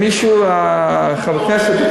אם מישהו מחברי הכנסת,